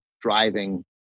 driving